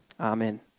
Amen